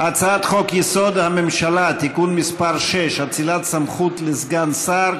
הצעת חוק-יסוד: הממשלה (תיקון מס' 6) (אצילת סמכות לסגן שר),